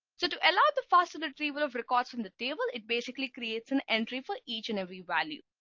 so to allow the faster retrieval of records from the table it basically creates an entry for each and every value.